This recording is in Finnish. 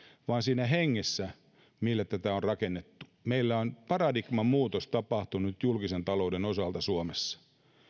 vaan siinä hengessä millä tätä on rakennettu meillä on paradigmanmuutos tapahtunut julkisen talouden osalta suomessa